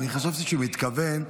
אני חשבתי שהוא התכוון,